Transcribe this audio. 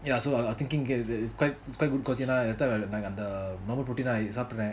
ya so I was thinking okay it's quite it's quite good because you know you the normal protein சாப்பிடுறேன்:sapduran